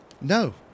No